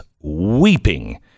weeping